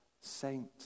saint